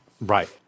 Right